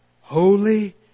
holy